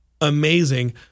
amazing